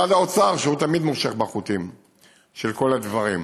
ומשרד האוצר, שתמיד מושך בחוטים של כל הדברים.